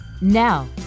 Now